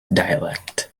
dialect